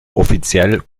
offiziell